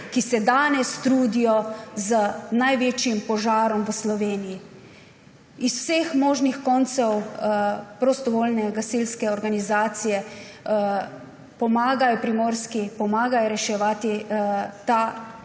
ki se danes trudijo z največji požarom v Sloveniji. Iz vseh možnih koncev prostovoljne gasilske organizacije pomagajo Primorski, pomagajo reševati to